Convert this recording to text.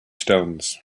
stones